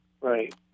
Right